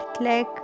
leg